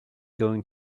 going